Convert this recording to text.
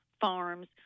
farms